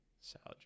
Salad